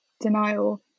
denial